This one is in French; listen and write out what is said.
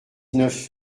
neuf